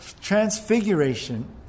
transfiguration